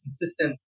consistent